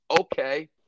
okay